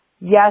yes